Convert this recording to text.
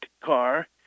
car